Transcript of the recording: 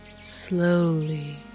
slowly